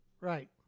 Right